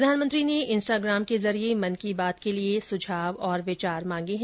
प्रधानमंत्री ने इंस्टाग्राम के जरिये मन की बात के लिए सुझाव और विचार मांगे हैं